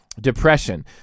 Depression